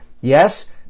Yes